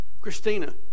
Christina